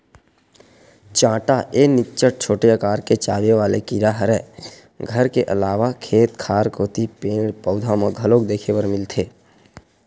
चाटा ए निच्चट छोटे अकार के चाबे वाले कीरा हरय घर के अलावा खेत खार कोती पेड़, पउधा म घलोक देखे बर मिलथे